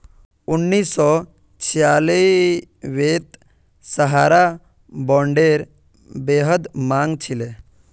उन्नीस सौ छियांबेत सहारा बॉन्डेर बेहद मांग छिले